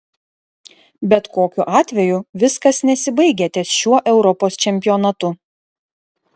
bet kokiu atveju viskas nesibaigia ties šiuo europos čempionatu